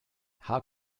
how